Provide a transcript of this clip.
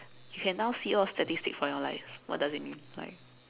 you can now see all statistics from your life what does it mean like